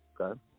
Okay